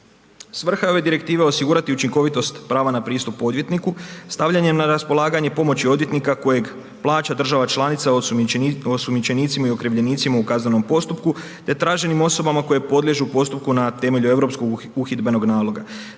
Svrha je ove direktive osigurati učinkovitost prava na pristup odvjetniku, stavljanje na raspolaganje pomoći odvjetnika kojeg plaća država članica osumnjičenicima i okrivljenicima u kaznenom postupku te traženim osobama koje podliježu postupku na temelju europskog uhidbenog naloga